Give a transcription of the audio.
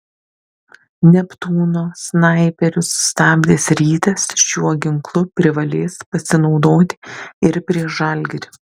neptūno snaiperius sustabdęs rytas šiuo ginklu privalės pasinaudoti ir prieš žalgirį